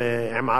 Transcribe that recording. יגאל עמיר,